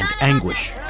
anguish